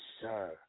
sir